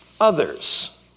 Others